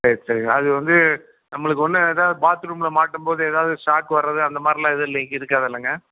சேரி சேரி அது வந்து நம்மளுக்கு ஒன்றும் ஏதாது பாத்ரூமில் மாட்டும் போது ஏதாவது ஷாக் வர்றது அந்த மாதிரிலாம் எதுவும் இல்லைங்க இருக்காதுல்லங்க